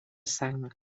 sang